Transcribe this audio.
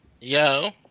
Yo